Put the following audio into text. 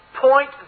point